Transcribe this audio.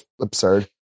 absurd